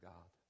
God